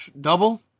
double